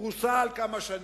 פרוסה על כמה שנים,